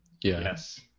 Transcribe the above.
Yes